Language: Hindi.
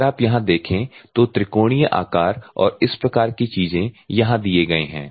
अगर आप यहां देखें तो त्रिकोणीय आकार और इस प्रकार की चीजें यहां दिए गए हैं